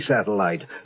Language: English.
satellite